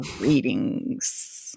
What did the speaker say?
readings